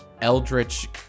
eldritch